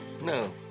no